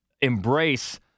embrace